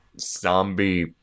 zombie